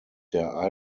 der